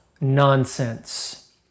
nonsense